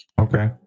okay